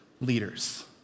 leaders